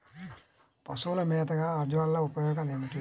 పశువుల మేతగా అజొల్ల ఉపయోగాలు ఏమిటి?